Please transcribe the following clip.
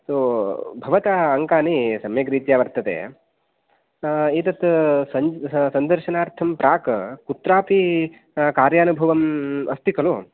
अस्तु भवतः अङ्कानि सम्यक् रीत्य वर्तते एदत् सन् सन्दर्शनार्थं प्राक् कुत्रापि कार्यानुभवम् अस्ति खलु